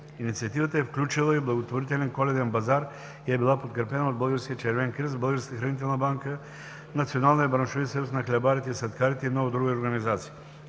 Инициативата е включила и благотворителен Коледен базар и е била подкрепена от Българския Червен кръст, Българската хранителна банка, Националния браншови съюз на хлебарите и сладкарите и много други организации.